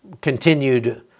continued